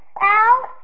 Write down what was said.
Al